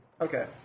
Okay